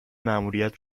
مأموریت